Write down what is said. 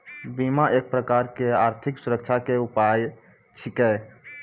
बीमा एक प्रकारो के आर्थिक सुरक्षा के उपाय छिकै